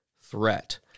threat